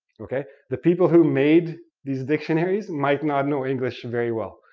okay? the people who made these dictionaries might not know english very well.